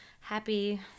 happy